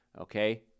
Okay